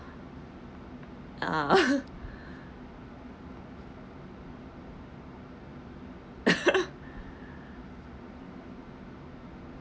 ah